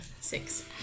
Six